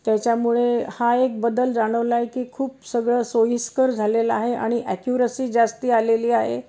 त्याच्यामुळे हा एक बदल जाणवला आहे की खूप सगळं सोयीस्कर झालेलं आहे आणि ॲक्युरसी जास्ती आलेली आहे